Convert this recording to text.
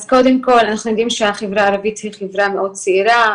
אז קודם כל אנחנו יודעים שהחברה הערבית היא חברה מאוד צעירה,